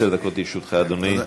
עשר דקות לרשותך, אדוני.